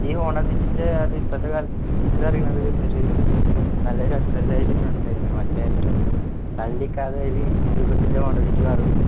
ഈ ഹോണ്ടസിറ്റിൻ്റെ അത് ഇപ്പോഴത്തെ കാലത്തെന്ന് പറയുന്നത് ഒരു നല്ല ഒരു മറ്റേ രൂപത്തിലുള ഹോണ്ട സിറ്റി കാർ അല്ല